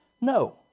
No